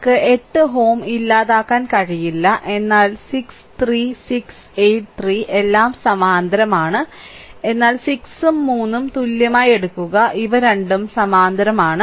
നമുക്ക് 8Ω ഇല്ലാതാക്കാൻ കഴിയില്ല എന്നാൽ 6 3 6 8 3 എല്ലാം സമാന്തരമാണ് എന്നാൽ 6 ഉം 3 ഉം തുല്യമായി എടുക്കുക ഇവ രണ്ടും സമാന്തരമാണ്